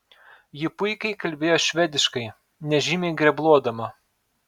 ji puikiai kalbėjo švediškai nežymiai grebluodama